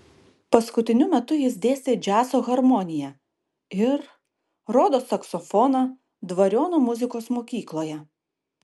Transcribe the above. paskutiniu metu jis dėstė džiazo harmoniją ir rodos saksofoną dvariono muzikos mokykloje